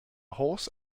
horse